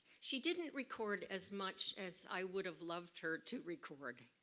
she didn't record as much as i would have loved her to record.